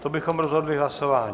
To bychom rozhodli hlasováním.